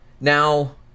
now